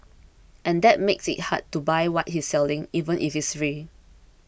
and that makes it hard to buy what he's selling even if it's free